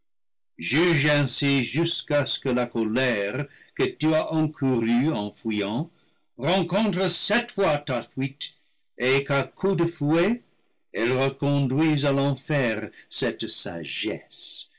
présomptueux juge ainsi jusqu'à ce que la colère que tu as encourue en fuyant rencontre sept fois ta fuite et qu'à coup de fouet elle reconduise à l'enfer cette sagesse